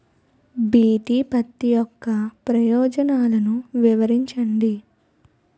BT పత్తి యొక్క ప్రయోజనాలను వివరించండి?